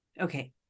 Okay